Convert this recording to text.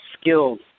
skilled